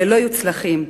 ללא-יוצלחים,